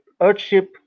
earthship